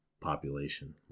population